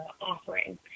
offering